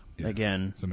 Again